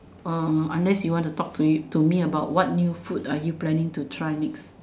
um unless you want to talk to you to me about new food are you planning to try next